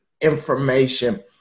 information